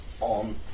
on